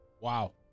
wow